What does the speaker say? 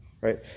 Right